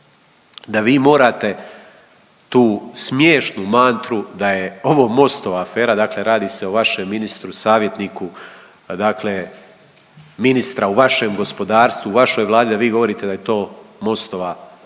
da vi morate tu smiješnu mantru da je ovo MOST-ova afera, dakle radi se o vašem ministru, savjetniku dakle ministra u vašem gospodarstvu, vašoj Vladi da vi govorite da je to MOST-ova,